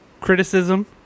criticism